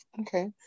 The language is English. Okay